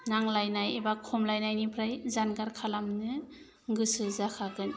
नांज्लायनाय एबा खमलायनायनिफ्राय जानगार खालामनो गोसो जाखागोन